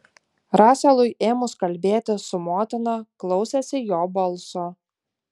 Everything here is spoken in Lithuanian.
raselui ėmus kalbėti su motina klausėsi jo balso